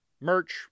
merch